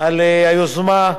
על היוזמה,